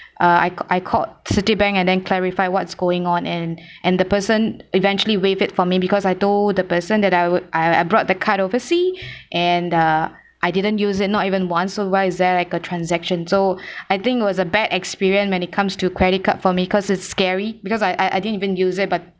uh I I called CitiBank and then clarify what's going on and and the person eventually waived it for me because I told the person that I would I I brought the card oversea and uh I didn't use it not even once so why is there like a transaction so I think it was a bad experience when it comes to credit card for me because it's scary because I I didn't even use it but